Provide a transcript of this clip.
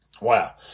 Wow